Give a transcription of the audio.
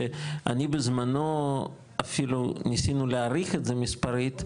בזמנו אפילו ניסינו להעריך את זה מספרית,